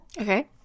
Okay